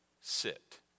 sit